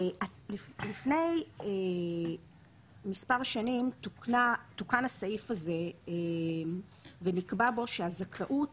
לפני כמה שנים תוקן הסעיף הזה ונקבע בו שהזכאות